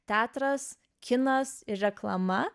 teatras kinas ir reklama